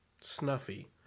Snuffy